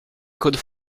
could